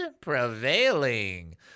prevailing